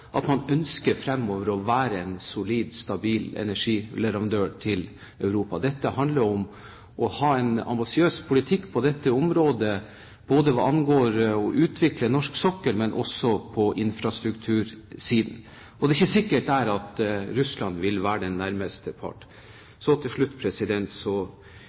å være en solid, stabil energileverandør til Europa fremover. Dette handler om å ha en ambisiøs politikk på dette området hva angår å utvikle norsk sokkel, også på infrastruktursiden. Det er ikke sikkert at Russland vil være den nærmeste parten. Til slutt: